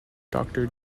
doctor